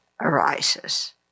arises